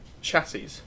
chassis